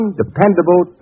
dependable